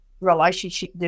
relationship